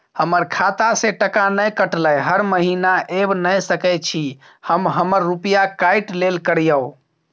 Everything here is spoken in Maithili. हमर खाता से टका नय कटलै हर महीना ऐब नय सकै छी हम हमर रुपिया काइट लेल करियौ?